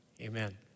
amen